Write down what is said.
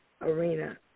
arena